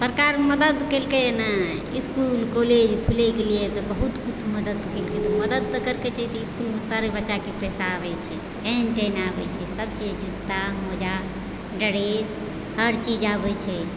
सरकार मदद केलकैया ने इसकुल कॉलेज खुलि गेलैया बहुत कुछ मदति करलक मदति तऽ केलकै इसकुलमे सारे बच्चाके पैसा आबै छै टाइम टाइम आबै छै सब जे जूता मोजा ड्रेस हर चीज आब आबै छै